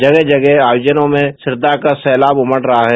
जगह जगह आयोजनों में श्रद्धा का सैताब उमड़ रहा है